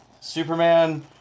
Superman